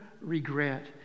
regret